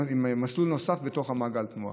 מסלול נוסף במעגל התנועה.